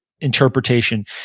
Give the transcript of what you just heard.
interpretation